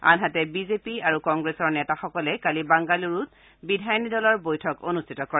আনহাতে বিজেপি আৰু কংগ্ৰেছ নেতাসকলে কালি বাংগালুৰুত বিধায়িনী দলৰ বৈঠক অনুষ্ঠিত কৰে